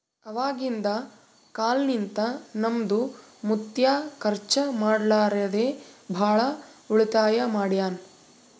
ಅವಾಗಿಂದ ಕಾಲ್ನಿಂತ ನಮ್ದು ಮುತ್ಯಾ ಖರ್ಚ ಮಾಡ್ಲಾರದೆ ಭಾಳ ಉಳಿತಾಯ ಮಾಡ್ಯಾನ್